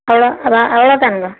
அவ்வளோ அவ்வளோ தானுங்க